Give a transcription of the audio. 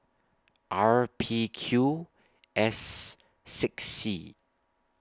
R P Q S six C